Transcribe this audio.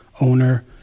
owner